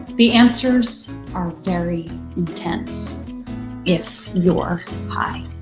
the answers are very intense if you are high.